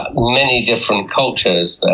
ah many different cultures